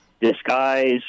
disguise